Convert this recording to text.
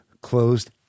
closed